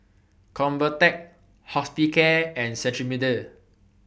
Convatec Hospicare and Cetrimide